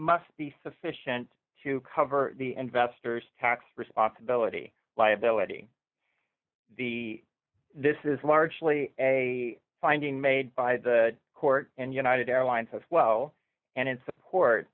must be sufficient to cover the investors tax responsibility liability the this is largely a finding made by the court and united airlines as well and in support